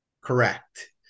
Correct